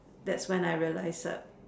that's when I realised